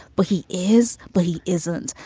but he is. but he isn't.